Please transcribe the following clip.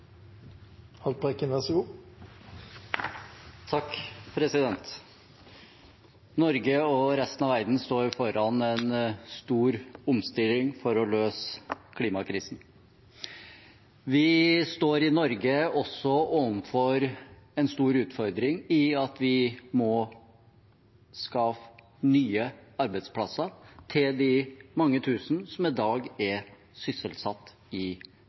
resten av verden står foran en stor omstilling for å løse klimakrisen. Vi står i Norge også overfor en stor utfordring i at vi må skape nye arbeidsplasser til de mange tusen som i dag er sysselsatt i